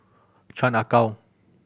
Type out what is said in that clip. Chan Ah Kow